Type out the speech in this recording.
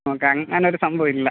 നമുക്ക് അങ്ങനെ ഒരു സംഭവമില്ല